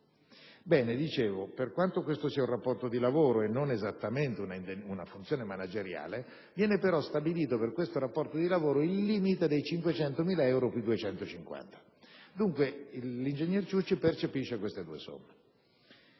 Ebbene, per quanto questo sia un rapporto di lavoro e non esattamente una funzione manageriale, viene però stabilito per questo rapporto di lavoro il limite dei 500.000 euro più i 250.000. Dunque, l'ingegner Ciucci percepisce queste due somme.